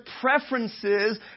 preferences